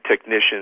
technicians